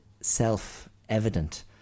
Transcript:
self-evident